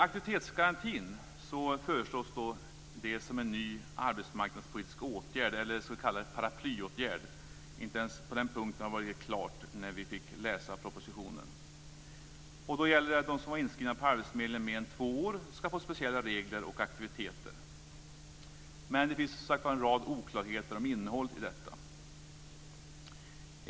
Aktivitetsgarantin föreslås nu som en ny arbetsmarknadspolitisk åtgärd, eller ska vi kalla det en paraplyåtgärd. Inte ens på den punkten har det varit riktigt klart när vi har fått läsa propositionen. Då gäller det att de som varit inskrivna på arbetsförmedlingen i mer än två år ska få speciella regler och aktiviteter. Det finns som sagt en rad oklarheter om innehållet i detta.